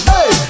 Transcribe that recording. Hey